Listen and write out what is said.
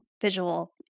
visual